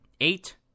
eight